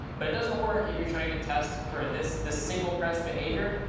but it doesn't work if you're trying to test for this, the single press behavior,